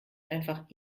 einfach